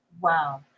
Wow